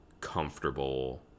comfortable